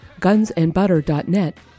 gunsandbutter.net